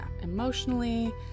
Emotionally